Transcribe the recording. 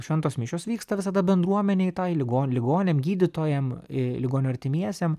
šventos mišios vyksta visada bendruomenėj toj ligon ligoniam gydytojam ir ligonių artimiesiem